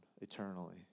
eternally